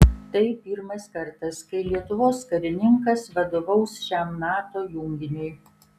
tai pirmas kartas kai lietuvos karininkas vadovaus šiam nato junginiui